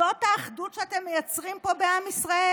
זאת האחדות שאתם מייצרים פה בעם ישראל?